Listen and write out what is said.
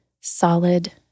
solid